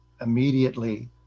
immediately